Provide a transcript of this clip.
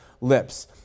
lips